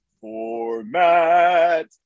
format